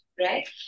Right